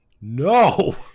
No